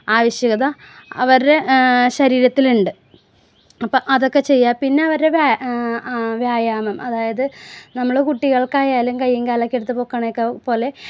ആവശ്യകത അവരുടെ ശരീരത്തിൽ ഉണ്ട് അപ്പം അതൊക്കെ ചെയ്യുക പിന്നെ അവരുടെ വ്യായാമം അതായത് നമ്മള് കുട്ടികൾക്കായാലും കയ്യും കാലും എടുത്ത് പൊക്കണത് ഒക്കെ പോലെ